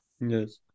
Yes